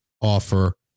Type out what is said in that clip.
offer